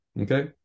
Okay